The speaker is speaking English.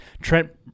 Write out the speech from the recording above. Trent